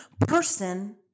person